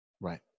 Right